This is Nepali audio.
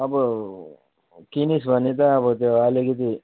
अब किनिस् भने त अब त अलिकति